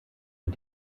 für